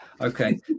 Okay